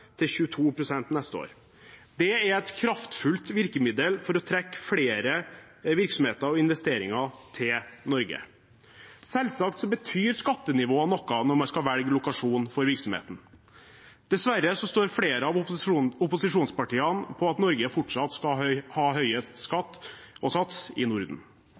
22 pst. neste år. Det er et kraftfullt virkemiddel for å trekke flere virksomheter og investeringer til Norge. Selvsagt betyr skattenivået noe når man skal velge lokasjon for virksomheten. Dessverre står flere av opposisjonspartiene på at Norge fortsatt skal ha høyest skattesats i Norden.